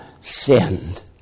sinned